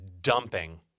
dumping